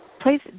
Please